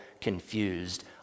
confused